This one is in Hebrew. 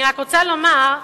אני רק רוצה לומר,